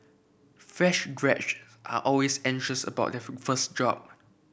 fresh graduate are always anxious about their first job